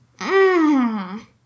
Mmm